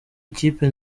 ikipe